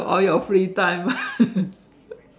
you got all your free time